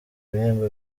ibihembo